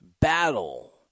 battle